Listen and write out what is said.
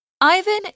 Ivan